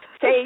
Say